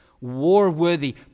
war-worthy